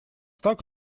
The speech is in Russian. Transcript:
так